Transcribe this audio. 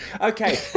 Okay